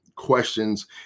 Questions